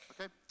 Okay